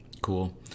Cool